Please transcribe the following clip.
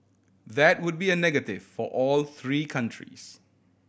that would be a negative for all three countries